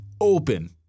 open